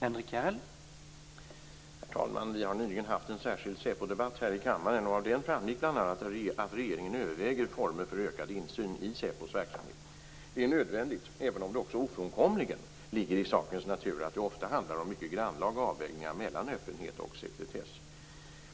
Herr talman! Vi har nyligen haft en särskild SÄPO-debatt här i kammaren. Av den framgick bl.a. att regeringen överväger former för ökad insyn i säpos verksamhet. Det är nödvändigt, även om det också ofrånkomligen ligger i sakens natur att det ofta handlar om mycket grannlaga avvägningar mellan öppenhet och sekretess.